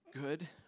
good